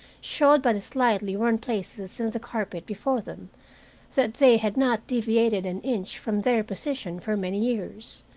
showed by the slightly worn places in the carpet before them that they had not deviated an inch from their position for many years.